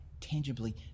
tangibly